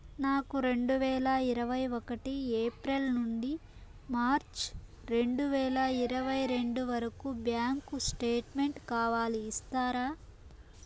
నాకు రెండు వేల ఇరవై ఒకటి ఏప్రిల్ నుండి మార్చ్ రెండు వేల ఇరవై రెండు వరకు బ్యాంకు స్టేట్మెంట్ కావాలి ఇస్తారా